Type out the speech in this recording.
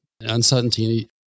uncertainty